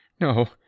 No